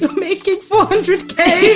but making four hundred k